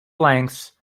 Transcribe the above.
lengths